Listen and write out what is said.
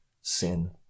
sin